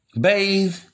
bathe